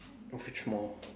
which mall